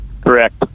Correct